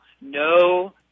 no